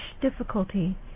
difficulty